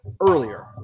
earlier